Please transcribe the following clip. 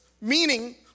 meaning